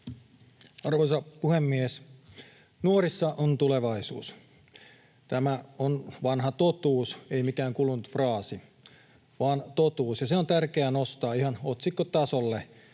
Arvoisa puhemies! Nuorissa on tulevaisuus. Tämä on vanha totuus, ei mikään kulunut fraasi vaan totuus, ja se on tärkeää nostaa ihan otsikkotasolle